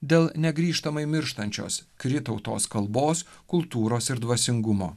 dėl negrįžtamai mirštančios kri tautos kalbos kultūros ir dvasingumo